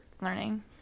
learning